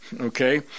Okay